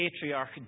patriarch